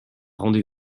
rendez